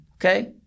okay